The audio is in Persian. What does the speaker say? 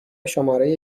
شماره